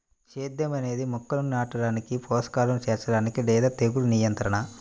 సేద్యం అనేది మొక్కలను నాటడానికి, పోషకాలను చేర్చడానికి లేదా తెగులు నియంత్రణ